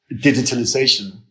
digitalization